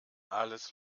alles